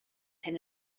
hyn